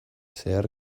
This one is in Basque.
zehar